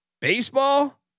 Baseball